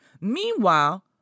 Meanwhile